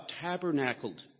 tabernacled